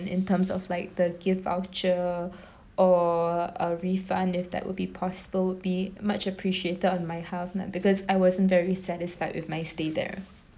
in terms of like the gift voucher or a refund if that would be possible be much appreciated on my half nah because I wasn't very satisfied with my stay there